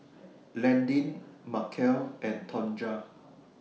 Landin Markell and Tonja